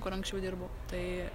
kur anksčiau dirbau tai